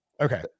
Okay